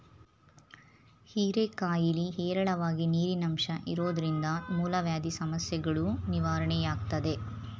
ಹೀರೆಕಾಯಿಲಿ ಹೇರಳವಾಗಿ ನೀರಿನಂಶ ಇರೋದ್ರಿಂದ ಮೂಲವ್ಯಾಧಿ ಸಮಸ್ಯೆಗಳೂ ನಿವಾರಣೆಯಾಗ್ತದೆ